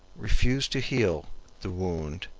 refused to heal the wound,